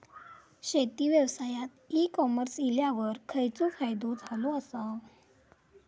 शेती व्यवसायात e commerce इल्यावर खयचो फायदो झालो आसा?